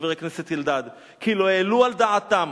חבר הכנסת אלדד, "כי לא העלו על דעתם"